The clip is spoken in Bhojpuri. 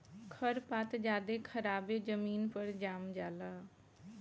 खर पात ज्यादे खराबे जमीन पर जाम जला